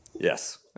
Yes